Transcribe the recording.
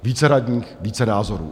Více radních, více názorů.